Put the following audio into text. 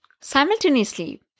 Simultaneously